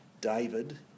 David